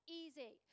easy